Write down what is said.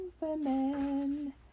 women